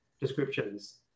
descriptions